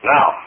Now